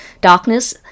darkness